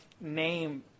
name